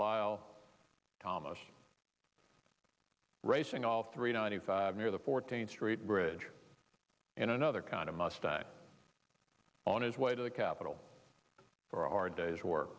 lyle thomas racing all three ninety five near the fourteenth street bridge in another kind of mustang on his way to the capital for our day's work